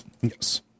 Yes